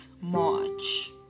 March